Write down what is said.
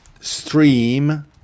stream